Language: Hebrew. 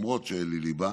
למרות שאין לי ליבה,